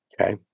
Okay